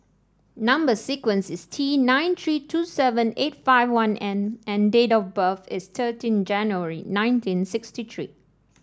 number sequence is T nine three two seven eight five one N and date of birth is thirteen January nineteen sixty three